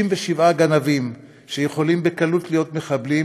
67 גנבים שיכולים בקלות להיות מחבלים,